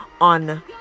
on